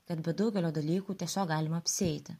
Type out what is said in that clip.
kad be daugelio dalykų tiesiog galima apsieiti